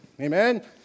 Amen